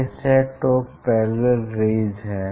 यह set of parallel rays है